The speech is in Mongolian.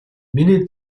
миний